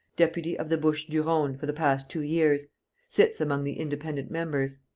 deputy of the bouches-du-rhone for the past two years sits among the independent members.